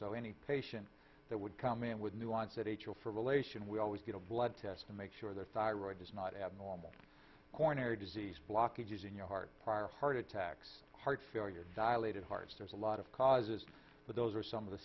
so any patient that would come in with nuance that a tool for relation we always get a blood test to make sure the thyroid is not abnormal coronary disease blockages in your heart prior heart attacks heart failure dilated hearts there's a lot of causes but those are some of the